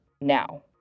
now